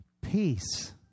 Peace